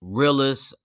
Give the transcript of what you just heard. realest